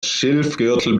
schilfgürtel